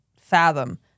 fathom